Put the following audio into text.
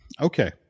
Okay